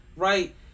Right